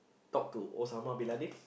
talk to Osama-Bin-Laden